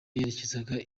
yerekezaga